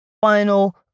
final